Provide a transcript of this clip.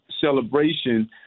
celebration